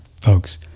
folks